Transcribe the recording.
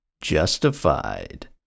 justified